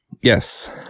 Yes